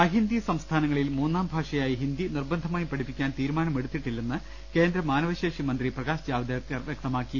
അഹിന്ദി സംസ്ഥാനങ്ങളിൽ മൂന്നാം ഭാഷയായി ഹിന്ദി നിർബന്ധമായും പഠിപ്പിക്കാൻ തീരുമാനമെടുത്തിട്ടില്ലെന്ന് കേന്ദ്ര മാനവശേഷി മന്ത്രി പ്രകാശ് ജാവ്ദേക്കർ വ്യക്തമാക്കി